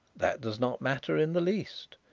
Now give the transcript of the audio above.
that does not matter in the least.